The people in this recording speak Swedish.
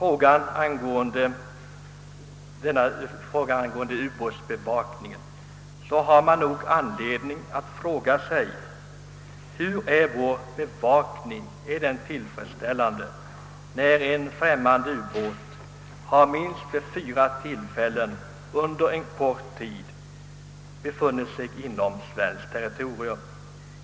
Vad ubåtsbevakningen beträffar har man verkligen anledning att ställa frågan: Hurudan är vår bevakning? Kan den anses tillfresställande när en främmande ubåt under en kort tid vid minst fyra tillfällen befunnit sig inom svenskt territorium?